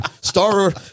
star